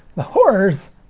the horrors!